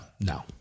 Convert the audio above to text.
No